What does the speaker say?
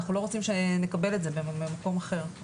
אנחנו לא רוצים שנקבל את זה במקום אחר.